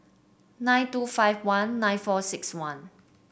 nine two five one nine four six one